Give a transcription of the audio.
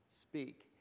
speak